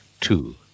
two